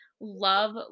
love